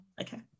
Okay